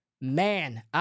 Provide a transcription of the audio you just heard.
man